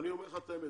אני אומר לך את האמת,